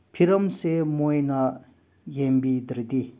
ꯐꯤꯕꯝꯁꯦ ꯃꯣꯏꯅ ꯌꯦꯡꯕꯤꯗ꯭ꯔꯗꯤ